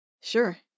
Sure